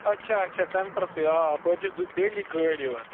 اچھا اچھا سٮ۪نٛٹَرسٕے آ اَپٲرۍ چھُس بہٕ ڈیلی گٲڑۍ یِوان